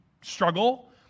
struggle